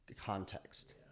Context